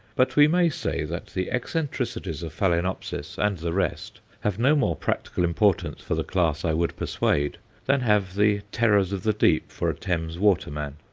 but we may say that the eccentricities of phaloenopsis and the rest have no more practical importance for the class i would persuade than have the terrors of the deep for a thames water-man.